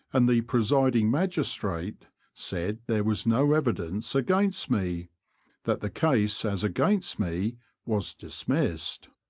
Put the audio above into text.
and the presiding magistrate said there was no evi dence against me that the case as against me was dismissed.